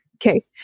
Okay